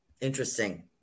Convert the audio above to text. Interesting